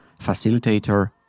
facilitator